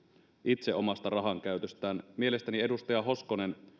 itse omasta rahankäytöstään mielestäni edustaja hoskonen